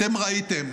אתם ראיתם,